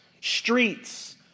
streets